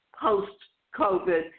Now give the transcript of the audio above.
post-COVID